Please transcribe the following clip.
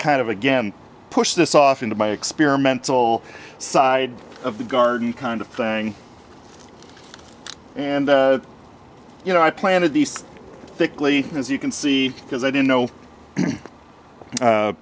kind of again push this off into my experimental side of the garden kind of thing and you know i planted these thickly as you can see because i didn't know